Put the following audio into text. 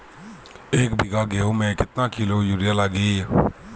एक बीगहा गेहूं में केतना किलो युरिया लागी?